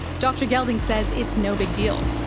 dr gelding says it's no big deal.